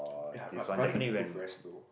ya but running improve very slow